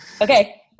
Okay